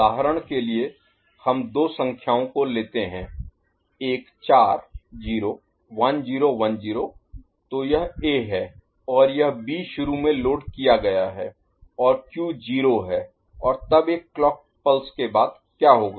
उदाहरण के लिए हम दो संख्याओं को लेते हैं एक चार 0 1010 तो यह A है और यह B शुरू में लोड किया गया है और Q 0 है और तब एक क्लॉक पल्स के बाद क्या होगा